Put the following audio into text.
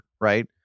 right